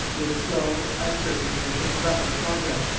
with a slow, uncertain, and interrupted progress,